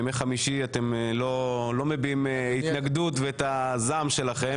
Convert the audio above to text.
בימי חמישי אתם לא מביעים התנגדות וזעם שלכם.